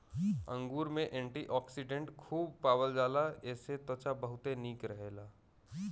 अंगूर में एंटीओक्सिडेंट खूब पावल जाला जेसे त्वचा बहुते निक रहेला